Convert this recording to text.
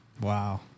Wow